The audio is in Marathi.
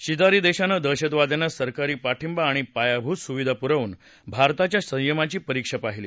शेजारी देशानं दहशतवाद्यांना सरकारी पाठिंबा आणि पायाभूत सुविधा पूरवुन भारताच्या संयमाची परीक्षा पाहिली